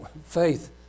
Faith